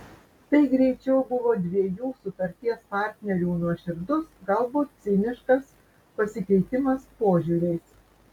tai greičiau buvo dviejų sutarties partnerių nuoširdus galbūt ciniškas pasikeitimas požiūriais